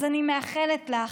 אז אני מאחלת לך,